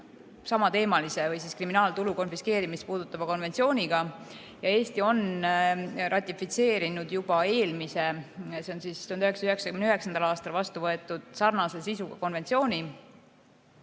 samateemalise ehk kriminaaltulu konfiskeerimist puudutava konventsiooniga. Eesti on juba ratifitseerinud eelmise, 1999. aastal vastu võetud sarnase sisuga konventsiooni.